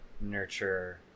nurture